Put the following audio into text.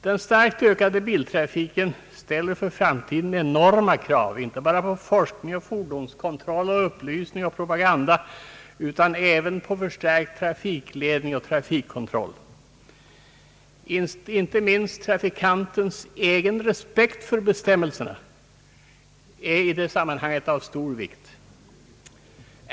Den starkt ökade biltrafiken ställer för framtiden enorma krav inte bara på forskning, fordonskontroll, upplysning och propaganda, utan även på förstärkt trafikledning och trafikkontroll. Inte minst trafikanternas respekt för bestämmelserna är i det sammanhanget av stor vikt.